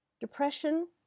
depression